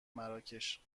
مراکش